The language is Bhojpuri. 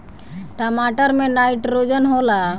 टमाटर मे नाइट्रोजन होला?